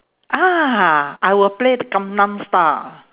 ah I will play the gangnam style